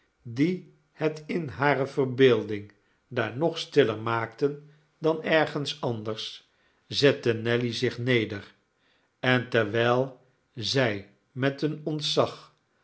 die het in hare verbeelding daar nog stiller maakten dan ergens anders zette nelly zich neder en terwijl zij met een ontzag